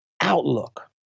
outlook